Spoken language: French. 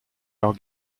leur